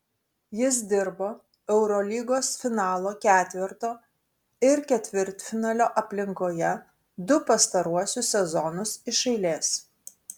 jis dirbo eurolygos finalo ketverto ir ketvirtfinalio aplinkoje du pastaruosius sezonus iš eilės